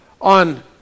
on